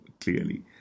clearly